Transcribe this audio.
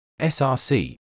src